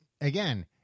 again